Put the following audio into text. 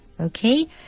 okay